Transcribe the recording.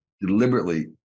deliberately